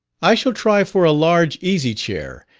i shall try for a large easy chair,